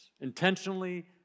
intentionally